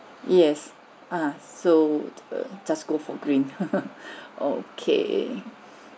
yes uh so err just go for green okay